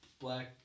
black